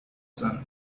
sun